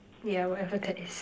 yeah whatever that is